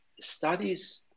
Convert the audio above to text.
studies